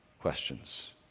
questions